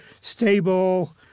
stable